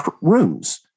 rooms